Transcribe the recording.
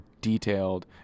detailed